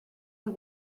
you